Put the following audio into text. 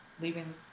leaving